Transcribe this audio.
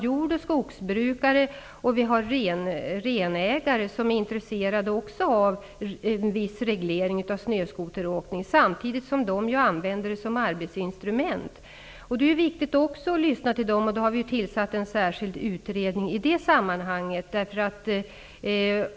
Jord och skogsbrukare och renägare är också intresserade av en viss reglering av snöskoteråkning, samtidigt som de använder skotern som arbetsinstrument. Det är viktigt att lyssna till dem också. Regeringen har tillsatt en särskild utredning för detta.